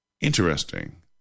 interesting